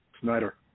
Snyder